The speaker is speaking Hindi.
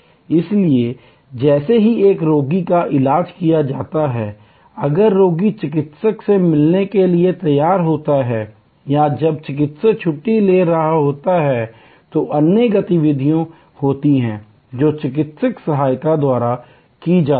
इसलिए जैसे ही एक रोगी का इलाज किया जाता है अगला रोगी चिकित्सक से मिलने के लिए तैयार होता है या जब चिकित्सक छुट्टी ले रहा होता है तो अन्य गतिविधियाँ होती हैं जो चिकित्सा सहायकों द्वारा की जाती हैं